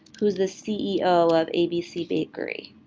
who's the ceo of abc bakery.